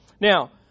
Now